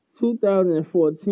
2014